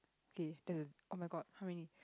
okay that's the oh-my-god how many